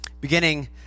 Beginning